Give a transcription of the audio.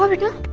and